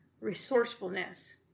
resourcefulness